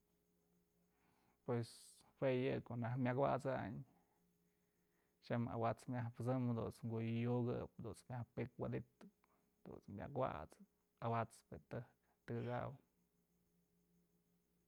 Pues jue yë konaj myak awat'sayn tyam awat's myaj pësëmëp dunt's kuyukëp jadunt's myaj pikuwëditëp jadunt's myak awat'sëp awat'spë je tëjk tëkëkaw.